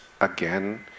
again